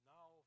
Now